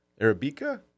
Arabica